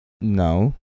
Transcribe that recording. No